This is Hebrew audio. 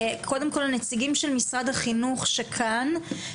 קודם כל הנציגים של משרד החינוך שכאן,